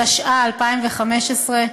התשע"ו 2015,